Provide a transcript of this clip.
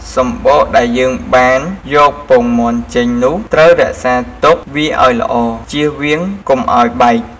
សំបកដែលយើងបានយកពងមាន់ចេញនោះត្រូវរក្សាទុកវាឱ្យល្អ ជៀសវាងកុំឱ្យបែក។